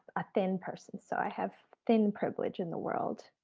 a thin person, so i have thin privilege in the world.